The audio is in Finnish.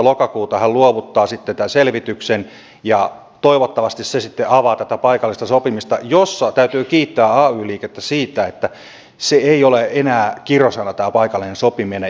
lokakuuta hän luovuttaa sitten tämän selvityksen ja toivottavasti se sitten avaa tätä paikallista sopimista ja täytyy kiittää ay liikettä siitä että se ei ole enää kirosana tämä paikallinen sopiminen